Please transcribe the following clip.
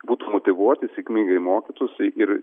būtų motyvuoti sėkmingai mokytųsi ir